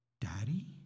Daddy